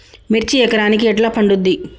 మిర్చి ఎకరానికి ఎట్లా పండుద్ధి?